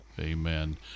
Amen